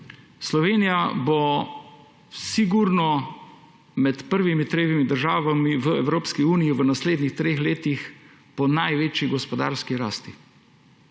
Slovenija bo sigurno med prvimi tremi državami v EU v naslednjih treh letih po največji gospodarski rasti.